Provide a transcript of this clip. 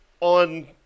On